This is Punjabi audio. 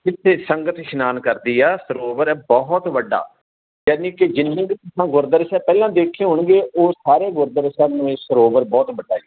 ਜਿੱਥੇ ਸੰਗਤ ਇਸ਼ਨਾਨ ਕਰਦੀ ਆ ਸਰੋਵਰ ਹੈ ਬਹੁਤ ਵੱਡਾ ਯਾਨੀ ਕਿ ਜਿੰਨੇ ਗੁਰਦੁਆਰਾ ਸਾਹਿਬ ਪਹਿਲਾਂ ਦੇਖੇ ਹੋਣਗੇ ਓਹ ਸਾਰੇ ਗੁਰਦੁਆਰਾ ਸਾਹਿਬ ਨਾਲੋਂ ਇਹ ਸਰੋਵਰ ਬਹੁਤ ਵੱਡਾ ਜੀ